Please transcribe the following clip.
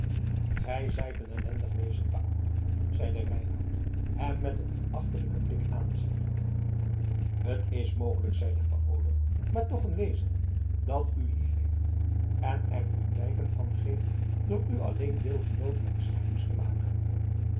gij zijt een ellendig wezen paolo zeide reinout hem met een verachtelijken blik aanziende t is mogelijk zeide paolo maar toch een wezen dat u liefheeft en er u blijken van geeft door u alleen deelgenoot mijns geheims te maken